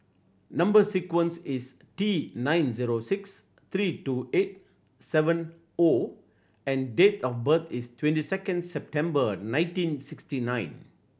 number sequence is T nine zero six three two eight seven O and date of birth is twenty second September nineteen sixty nine